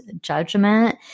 judgment